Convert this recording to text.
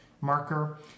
marker